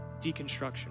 deconstruction